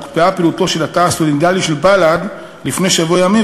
הוקפאה פעילותו של התא הסטודנטיאלי של בל"ד לפני שבוע ימים,